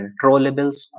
controllables